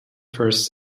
first